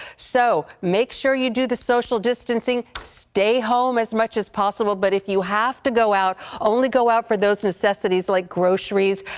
so make sure you do the social distancing. stay home as much as possible. but if you have to go out, only go out for necessities like groceries.